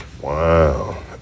wow